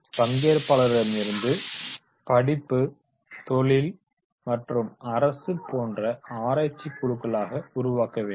பங்கேற்பாளர்களிலிருந்து படிப்பு தொழில் மற்றும் அரசு போன்ற ஆராய்ச்சி குழுக்களாக உருவாக்க வேண்டும்